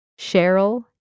Cheryl